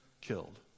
killed